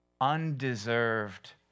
undeserved